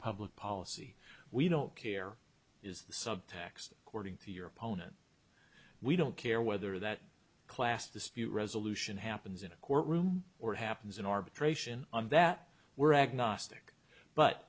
public policy we don't care is the subtext according to your opponent we don't care whether that class dispute resolution happens in a courtroom or it happens in arbitration and that we're agnostic but